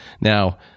Now